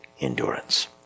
endurance